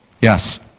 Yes